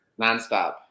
Nonstop